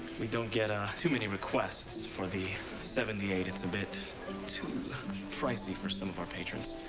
we don't get ah too many requests for the seventy eight. it's a bit too pricey for some of our patrons.